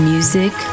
Music